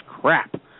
crap